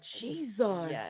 Jesus